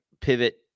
pivot